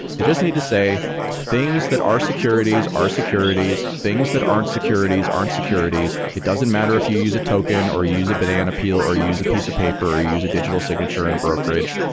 they just need to say things that are securities are securities. things that aren't securities aren't securities. it doesn't matter if you use a token or you use a banana peel or you use a piece of paper or you use a digital signature and a brokerage.